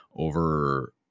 over